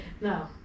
no